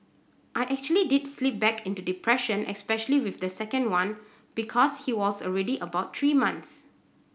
I actually did slip back into depression especially with the second one because he was already about three months